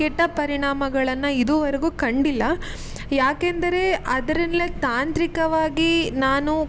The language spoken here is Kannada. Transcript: ಕೆಟ್ಟ ಪರಿಣಾಮಗಳನ್ನು ಇದುವರೆಗೂ ಕಂಡಿಲ್ಲ ಯಾಕೆಂದರೆ ಅದರಲ್ಲೇ ತಾಂತ್ರಿಕವಾಗಿ ನಾನು